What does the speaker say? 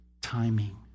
timing